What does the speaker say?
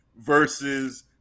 versus